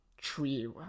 tree